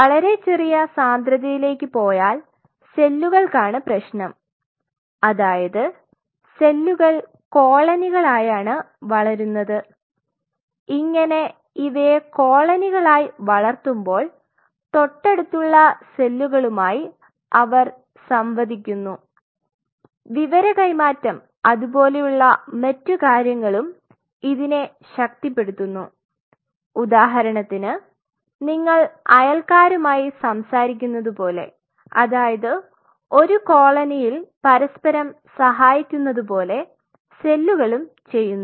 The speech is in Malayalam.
വളരെ ചെറിയ സാന്ദ്രത യിലേക്ക് പോയാൽ സെല്ലുകൾക്കാണ് പ്രശ്നം അതായത് സെല്ലുകൾ കോളനികളായാണ് വളരുന്നത് ഇങ്ങനെ ഇവയെ കോളനികളായ് വളർത്തുമ്പോൾ തൊട്ടടുത്തുള്ള സെല്ലുകളുമായി അവർ സംവദിക്കുന്നു വിവരകൈമാറ്റം അതുപോലെയുള്ള മറ്റു കാര്യങ്ങളും ഇതിനെ ശക്തിപ്പെടുത്തുന്നു ഉദാഹരണത്തിന് നിങ്ങൾ അയൽക്കാരുമായി സംസാരിക്കുന്ന പോലെ അതായത് ഒരു കോളനിയിൽ പരസ്പരം സഹായിക്കുന്ന പോലെ സെല്ലുകളും ചെയ്യുന്നു